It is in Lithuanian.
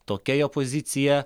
tokia jo pozicija